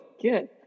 good